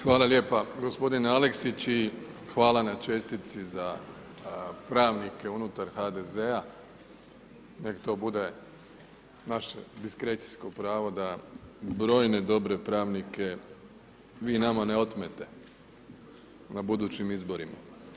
Hvala lijepa gospodine Aleksić i hvala na čestitci za pravnike unutar HDZ-a, nek to bude naše diskrecijsko pravo da brojne dobre pravnike vi nama ne otmete na budućim izborima.